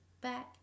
back